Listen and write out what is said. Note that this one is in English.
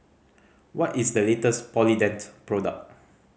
what is the latest Polident product